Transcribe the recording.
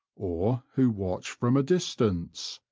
or who watch from a distance.